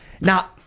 now